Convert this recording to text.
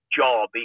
job